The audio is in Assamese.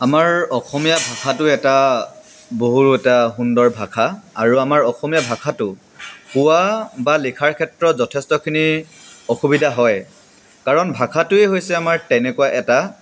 আমাৰ অসমীয়া ভাষাটো এটা বহুত এটা সুন্দৰ ভাষা আৰু আমাৰ অসমীয়া ভাষাটো কোৱা বা লিখাৰ ক্ষেত্ৰত যথেষ্টখিনি অসুবিধা হয় কাৰণ ভাষাটোৱেই হৈছে আমাৰ তেনেকুৱা এটা